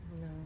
No